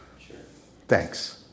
Thanks